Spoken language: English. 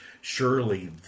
surely